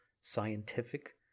scientific